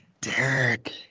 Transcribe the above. Derek